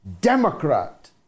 Democrat